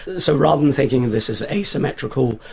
so rather than thinking this is asymmetrical,